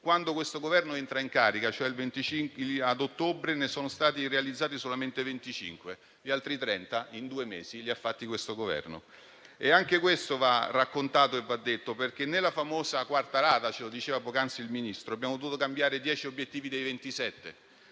quando questo Governo è entrato in carica, ad ottobre, ne erano stati realizzati solamente 25: gli altri 30 in due mesi li ha fatti l'attuale Governo e anche questo va raccontato e va detto. Nella famosa quarta rata - ce lo diceva poc'anzi il Ministro - abbiamo dovuto cambiare 10 dei 27